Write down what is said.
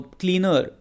cleaner